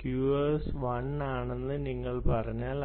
QoS 1 ആണെന്ന് നിങ്ങൾ പറഞ്ഞാൽ